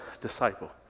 disciple